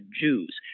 Jews